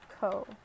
Co